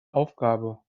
aufgabe